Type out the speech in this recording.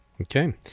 Okay